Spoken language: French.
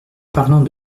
parlant